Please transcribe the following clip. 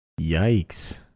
Yikes